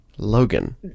logan